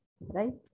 right